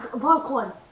popcorn